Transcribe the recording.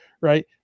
right